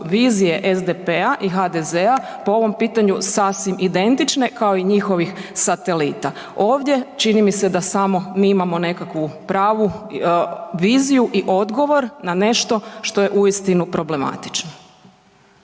vizije SDP-a i HDZ-a po ovom pitanju sasvim identične kao i njihovih satelita. Ovdje čini se da samo mi imamo nekakvu pravu viziju i odgovor na nešto što je uistinu problematično.